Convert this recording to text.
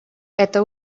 это